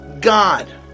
God